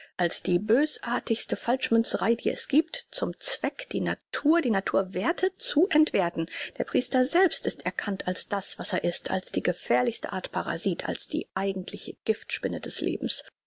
als die bösartigste falschmünzerei die es giebt zum zweck die natur die natur werthe zu entwerthen der priester selbst ist erkannt als das was er ist als die gefährlichste art parasit als die eigentliche giftspinne des lebens